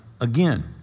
again